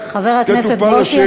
חבר הכנסת ברושי,